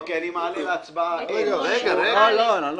אוקיי, אני מעלה את סעיף 8. רגע, רגע, לא.